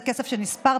זה כסף שנספר,